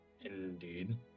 Indeed